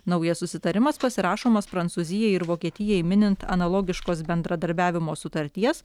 naujas susitarimas pasirašomas prancūzijai ir vokietijai minint analogiškos bendradarbiavimo sutarties